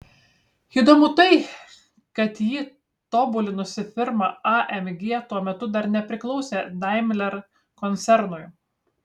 įdomu tai kad jį tobulinusi firma amg tuo metu dar nepriklausė daimler koncernui